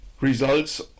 results